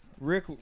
Rick